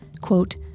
Quote